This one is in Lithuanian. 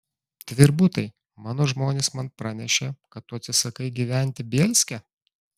tvirbutai mano žmonės man pranešė kad tu atsisakai gyventi bielske